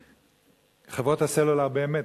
וחברות הסלולר באמת,